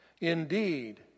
Indeed